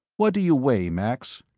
what do you weigh, max?